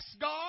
God